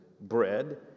bread